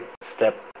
step